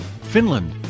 Finland